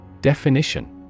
Definition